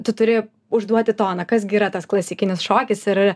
tu turi užduoti toną kas gi yra tas klasikinis šokis ir